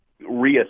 reassess